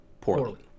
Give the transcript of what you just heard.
poorly